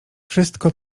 wszystko